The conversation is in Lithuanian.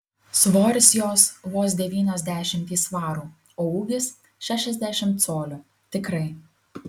svoris jos vos devynios dešimtys svarų o ūgis šešiasdešimt colių tikrai